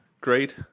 great